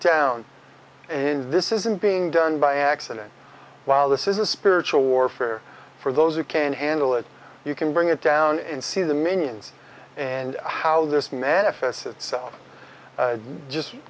down and this isn't being done by accident while this is a spiritual warfare for those who can handle it you can bring it down and see the minions and how this manifests